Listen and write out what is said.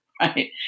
right